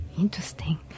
Interesting